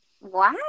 Wow